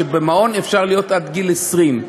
שבמעון אפשר להיות עד גיל 20,